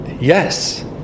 yes